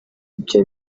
byo